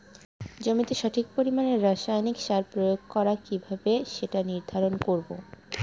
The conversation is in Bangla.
জমিতে সঠিক পরিমাণে রাসায়নিক সার প্রয়োগ করা কিভাবে সেটা নির্ধারণ করব?